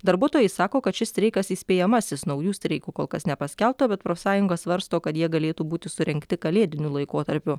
darbuotojai sako kad šis streikas įspėjamasis naujų streikų kol kas nepaskelbta bet profsąjungos svarsto kad jie galėtų būti surengti kalėdiniu laikotarpiu